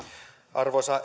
arvoisa